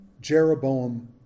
Jeroboam